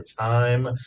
time